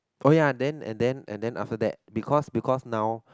oh ya then and then and then after that because because now